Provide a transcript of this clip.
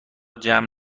جمع